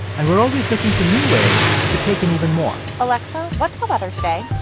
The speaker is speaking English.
and we're always looking for new ways to take in even more alexa, what's the weather today?